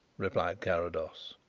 replied carrados.